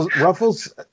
Ruffles